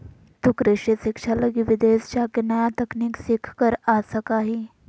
तु कृषि शिक्षा लगी विदेश जाके नया तकनीक सीख कर आ सका हीं